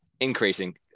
increasing